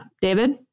David